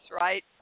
right